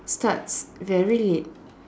starts very late